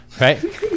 right